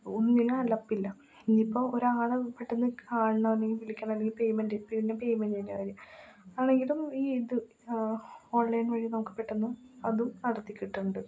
ഒന്നിനും അലപ്പില്ല ഇനിപ്പം ഒരാളെ പെട്ടെന്ന് കാണണം അല്ലെങ്കിൽ വിളിക്കണം അല്ലെങ്കിൽ പേയ്മെൻറ്റ് പിന്നെ പേയ്മെൻ്റിൻ്റെ കാര്യം ആണെങ്കിലും ഈ ഇത് ഓൺലൈൻ വഴി നമുക്ക് പെട്ടെന്ന് അതും നടത്തി കിട്ടുന്നുണ്ട്